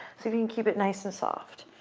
so you can keep it nice and soft.